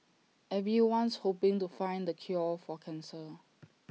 everyone's hoping to find the cure for cancer